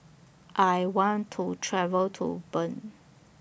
I want to travel to Bern